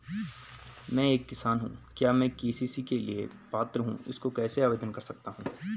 मैं एक किसान हूँ क्या मैं के.सी.सी के लिए पात्र हूँ इसको कैसे आवेदन कर सकता हूँ?